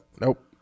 Nope